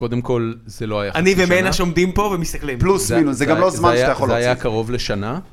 קודם כל, זה לא היה חשוב לשנה. אני ומנש עומדים פה ומסתכלים. פלוס מינוס, זה גם לא זמן שאתה יכול לרצות. זה היה קרוב לשנה.